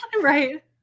right